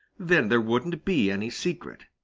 then there wouldn't be any secret.